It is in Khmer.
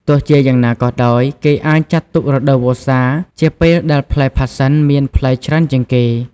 ទោះជាយ៉ាងណាក៏ដោយ គេអាចចាត់ទុក រដូវវស្សា ជាពេលដែលផ្លែផាសសិនមានផ្លែច្រើនជាងគេ។